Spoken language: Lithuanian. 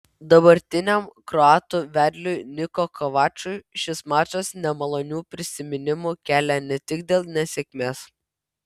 dabartiniam kroatų vedliui niko kovačui šis mačas nemalonių prisiminimų kelia ne tik dėl nesėkmės